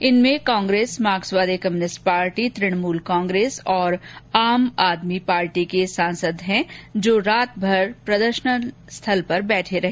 इनमें कांग्रेस मार्क्सवादी communist party Trinamool Congress और आम आदमी पार्टी के सांसद हैं जो रातभर प्रदर्शन स्थल पर बैठे रहे